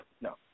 No